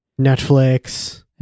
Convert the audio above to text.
Netflix